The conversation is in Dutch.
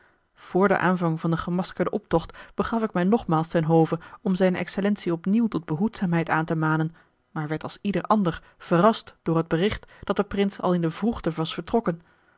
vr den aanvang van den gemaskerden optocht begaf ik mij nogmaals ten hove om zijne excellentie opnieuw tot behoedzaamheid aan te manen maar werd als ieder ander verrast door het bericht dat de prins al in de vroegte was vertrokken